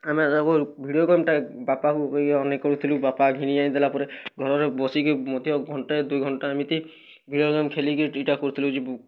ଆମେ ଭିଡ଼ିଓ ଗେମ୍ଟା ବାପା କୁ କହିକି ଆମେ ଖେଳୁଥିଲୁ ବାପା ଘିନି ଆନି ଦେଲା ପରେ ଘର୍ର ବସିକି ମଧ୍ୟ ଘଣ୍ଟେ ଦୁଇ ଘଣ୍ଟା ଏମିତି ଭିଡ଼ିଓ ଗେମ୍ ଖେଳିକି ଇଟା କରୁଥିଲୁ ଯେ